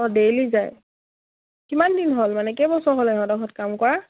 অঁ ডেইলি যায় কিমান দিন হ'ল মানে কেইবছৰ হ'লে ইহঁতৰ ঘৰত কাম কৰা